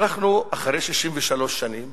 אנחנו אחרי 63 שנים